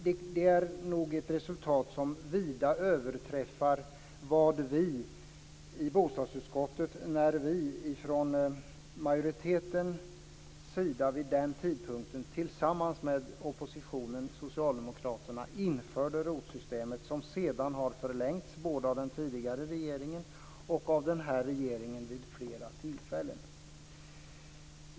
Det är nog ett resultat som vida överträffar vad vi i bostadsutskottet förväntade oss när vi i majoriteten tillsammans med oppositionen socialdemokraterna införde ROT systemet, som sedan har förlängts både av den tidigare regeringen och av denna regering vid flera tillfällen.